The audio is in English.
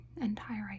entire